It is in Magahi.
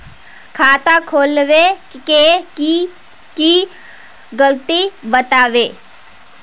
खाता खोलवे के की की लगते बतावे?